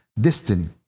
destiny